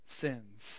sins